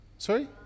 Sorry